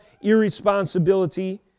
irresponsibility